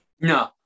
No